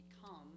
become